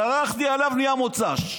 דרכתי עליו, נהיה מוצ"ש,